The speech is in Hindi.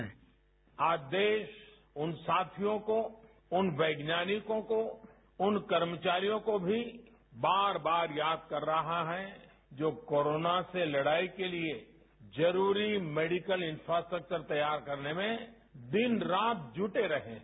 साउंड बाईट आज देश उन साथियों को उन वैज्ञानिकों को उन कर्मचारियों को भी बार बार याद कर रहा है जो कोरोना के लिए जरूरी मेडिकल इंफ्रास्ट्रक्चर तैयार करने में दिन रात जुटे रहे हैं